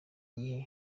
gihe